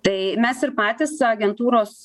tai mes ir patys agentūros